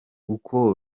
uko